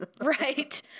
Right